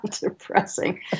depressing